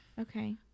Okay